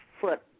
foot